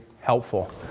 helpful